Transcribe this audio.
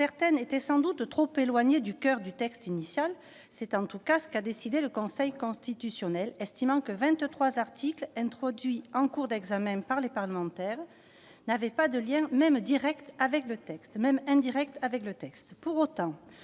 dispositions étaient sans doute trop éloignées du coeur du texte initial : c'est en tout cas ce qu'a décidé le Conseil constitutionnel, estimant que vingt-trois articles introduits en cours d'examen par les parlementaires n'avaient pas de lien, même indirect, avec le texte. Pour autant, nombre de ces